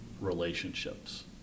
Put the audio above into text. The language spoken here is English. relationships